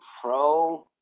pro